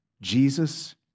Jesus